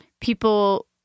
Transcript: people